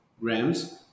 grams